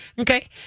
okay